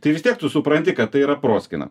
tai vis tiek tu supranti kad tai yra proskyna